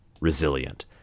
resilient